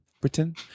Britain